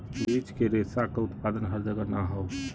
बीज के रेशा क उत्पादन हर जगह ना हौ